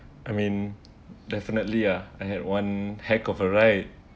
I mean definitely uh I had one heck of a ride